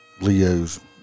Leo's